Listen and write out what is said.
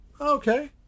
okay